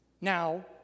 Now